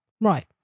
Right